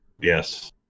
yes